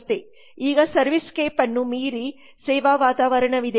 ಈಗ ಸರ್ವಿಸ್ಸ್ಕೇಪ್ ಯನ್ನು ಮೀರಿ ಸೇವಾ ವಾತಾವರಣವಿದೆ